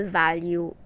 value